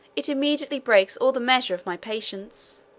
it immediately breaks all the measures of my patience